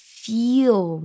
feel